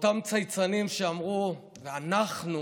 ואותם צייצנים שאמרו: ואנחנו,